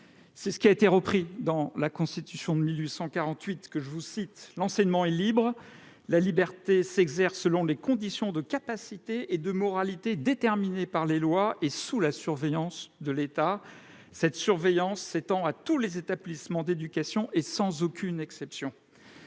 Ce principe a été repris dans la Constitution de 1848 que je vous cite :« L'enseignement est libre. La liberté s'exerce selon les conditions de capacité et de moralité déterminées par les lois, et sous la surveillance de l'État. Cette surveillance s'étend à tous les établissements d'éducation et sans aucune exception.